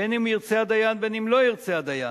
בין שירצה הדיין, בין שלא ירצה הדיין,